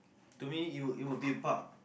to me it will it will be the park